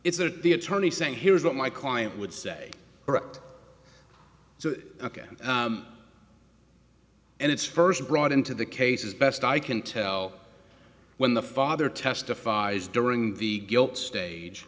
it's a the attorney saying here's what my client would say so ok and it's first brought into the case as best i can tell when the father testifies during the guilt stage